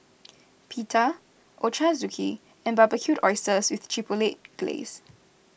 Pita Ochazuke and Barbecued Oysters with Chipotle Glaze